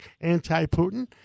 anti-Putin